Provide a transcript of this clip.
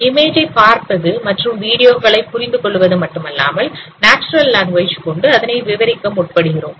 இமேஜை பார்ப்பது மற்றும் மற்றும் வீடியோ களை புரிந்து கொள்வது மட்டுமல்லாமல் நேச்சுரல் லாங்குவேஜ் கொண்டுஅதனை விவரிக்க முற்படுகிறோம்